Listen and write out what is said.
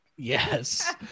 Yes